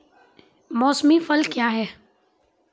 मौसमी फसल क्या हैं?